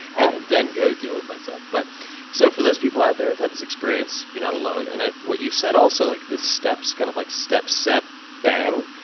and then go deal with myself. but so for those people out there who've had this experience, you're not alone. and what you said also, like the steps kind of like step, step, bang,